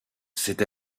c’est